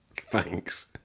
Thanks